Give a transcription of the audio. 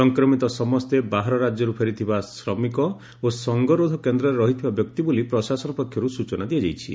ସଂକ୍ରମିତ ସମସ୍ତେ ବାହାର ରାକ୍ୟରୁ ଫେରିଥିବା ଶ୍ରମିକ ଓ ସଂଘରୋଧ କେନ୍ଦ୍ରରେ ରହିଥିବା ବ୍ୟକ୍ତି ବୋଲି ପ୍ରଶାସନ ପକ୍ଷର୍ ସ୍ଚନା ଦିଆଯାଇଛି